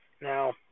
Now